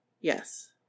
Yes